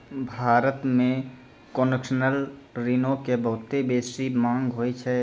भारत मे कोन्सेसनल ऋणो के बहुते बेसी मांग होय छै